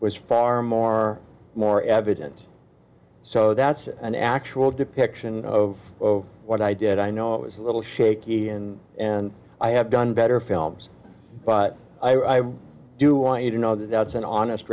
was far more more evident so that's an actual depiction of what i did i know it was a little shaky in and i have done better films but i do want you to know that that's an honest